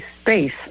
space